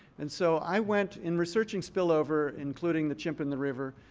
and so i went. in researching spillover, including the chimp and the river,